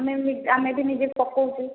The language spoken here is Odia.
ଆମେ ବି ନିଜେ ପକାଉଛୁ